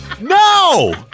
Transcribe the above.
No